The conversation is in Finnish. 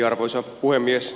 arvoisa puhemies